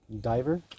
diver